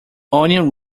onion